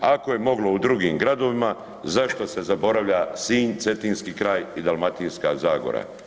Ako je moglo u drugim gradovima, zašto se zaboravlja Sinj, Cetinski kraj i Dalmatinska zagora?